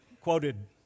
quoted